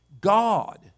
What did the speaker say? God